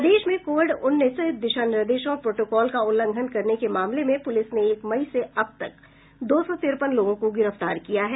प्रदेश में कोविड उन्नीस दिशा निर्देशों और प्रोटोकोल का उल्लंघन करने के मामले में पुलिस ने एक मई से अब तक दो सौ तिरपन लोगों को गिरफ्तार किया है